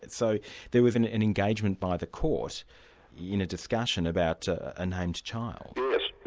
so there was an an engagement by the court in a discussion about a named child. yes,